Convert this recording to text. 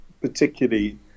particularly